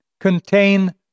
contain